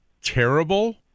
terrible